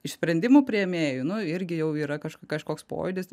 iš sprendimų priėmėjų nu irgi jau yra kažko kažkoks pojūdis